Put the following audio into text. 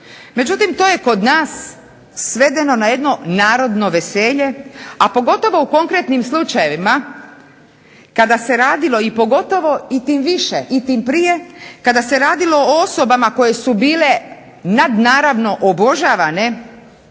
Međutim, to je kod nas svedeno na jedno narodno veselje, a pogotovo u konkretnim slučajevima kada se radilo i pogotovo i tim više i tim prije kada se radilo o osobama koje su bile nadnaravno obožavane,